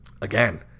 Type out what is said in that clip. again